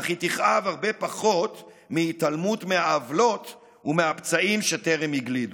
אך היא תכאב הרבה פחות מהתעלמות מהעוולות ומהפצעים שטרם הגלידו.